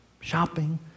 shopping